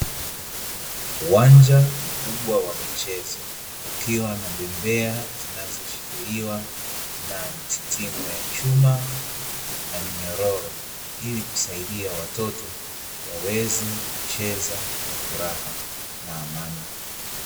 Uwanja mkubwa wa michezo, ukiwa na bembea zinazoshikiliwa na mistimu ya chuma na minyororo, ili kusaidia watoto waweze kucheza kwa furaha na amani.